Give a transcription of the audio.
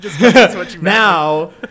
now